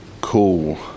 cool